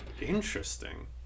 Interesting